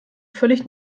völlig